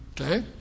okay